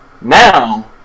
now